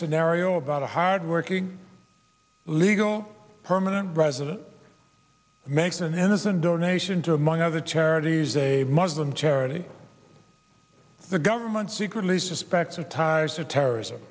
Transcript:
scenario about a hard working legal permanent resident makes an innocent donation to among other charities a muslim charity the government secretly suspected ties to terrorism